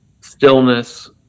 stillness